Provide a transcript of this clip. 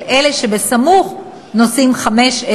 אבל אלה שגרים בסמוך נוסעים חמש,